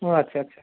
ও আচ্ছা আচ্ছা